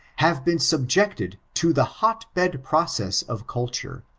have been subjected to the hot bed process of culture,